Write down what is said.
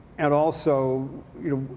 and also, you know,